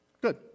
good